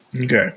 Okay